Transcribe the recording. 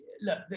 look